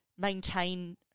maintain